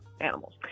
animals